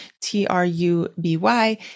T-R-U-B-Y